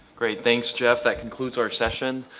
great, thanks jeff, that concludes our session.